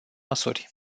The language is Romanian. măsuri